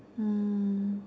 mm